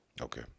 Okay